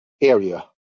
area